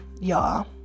y'all